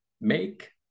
make